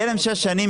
יהיה להם שש שנים,